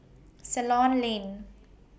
Ceylon Lane